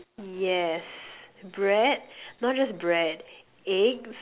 yes bread not just bread eggs